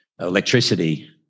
electricity